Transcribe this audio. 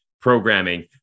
programming